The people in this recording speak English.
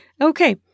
Okay